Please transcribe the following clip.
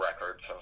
records